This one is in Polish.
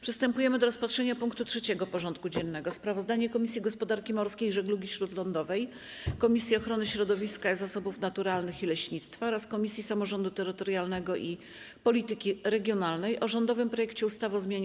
Przystępujemy do rozpatrzenia punktu 3. porządku dziennego: Sprawozdanie Komisji Gospodarki Morskiej i Żeglugi Śródlądowej, Komisji Ochrony Środowiska, Zasobów Naturalnych i Leśnictwa oraz Komisji Samorządu Terytorialnego i Polityki Regionalnej o rządowym projekcie ustawy o zmianie